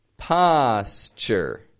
Posture